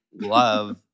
love